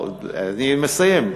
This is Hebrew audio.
אני מסיים,